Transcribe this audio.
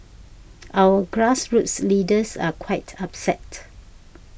our grassroots leaders are quite upset